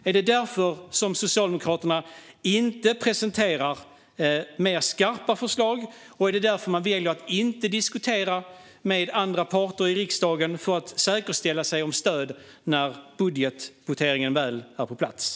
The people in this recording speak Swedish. Är det därför som Socialdemokraterna inte presenterar mer skarpa förslag? Och är det därför de väljer att inte diskutera med andra parter i riksdagen för att säkerställa att de har stöd när det väl är dags för budgetvoteringen?